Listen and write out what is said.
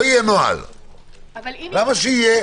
למה שיהיה?